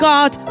God